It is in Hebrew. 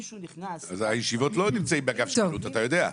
אז הישיבות לא נמצאות באגף שקילות, אתה יודע.